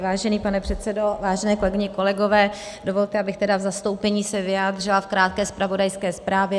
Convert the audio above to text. Vážený pane předsedo, vážené kolegyně, kolegové, dovolte, abych se v zastoupení vyjádřila v krátké zpravodajské zprávě.